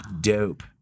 dope